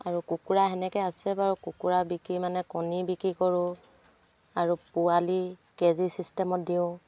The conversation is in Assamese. আৰু কুকুৰা তেনেকৈ আছে বাৰু কুকুৰা বিকি মানে কণী বিক্ৰী কৰোঁ আৰু পোৱালি কেজি ছিষ্টেমত দিওঁ